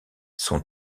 son